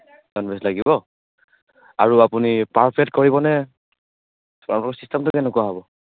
non veg লাগিব আৰু আপুনি পাৰ প্লেট কৰিবনে আপনাৰ চিষ্টেমটো কেনেকুৱা হ'ব